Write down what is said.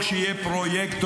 להחזיר.